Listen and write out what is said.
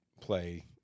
play